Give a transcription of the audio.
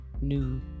new